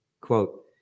Quote